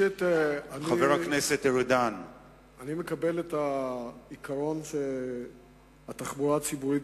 אני מקבל את העיקרון שהתחבורה הציבורית,